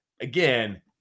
again